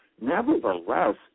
Nevertheless